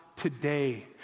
Today